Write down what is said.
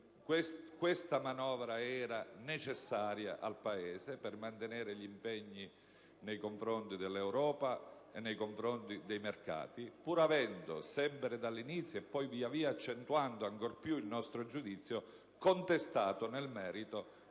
questa manovra era necessaria al Paese per mantenere gli impegni nei confronti dell'Europa e dei mercati, pur avendo, sempre dall'inizio e poi via via accentuando ancor di più il nostro giudizio, contestato nel merito il